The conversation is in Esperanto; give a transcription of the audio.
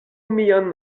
mian